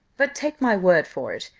but, take my word for it,